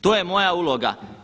To je moja uloga.